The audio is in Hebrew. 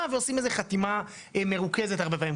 ועושים איזו חתימה מרוכזת הרבה פעמים,